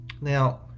Now